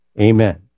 Amen